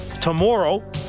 tomorrow